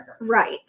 Right